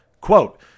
Quote